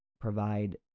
provide